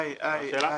איי, איי, איי.